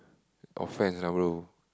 offence lah bro